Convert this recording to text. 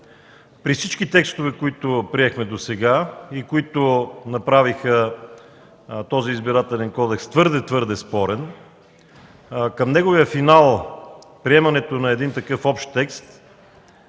При всички текстове, които приехме досега и които направиха този Избирателен кодекс твърде, твърде спорен, към неговия финал приемането на такъв общ текст